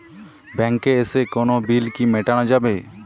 ব্যাংকে এসে কোনো বিল কি মেটানো যাবে?